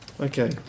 Okay